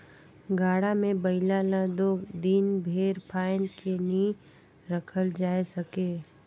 गाड़ा मे बइला ल दो दिन भेर फाएद के नी रखल जाए सके